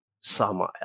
Samael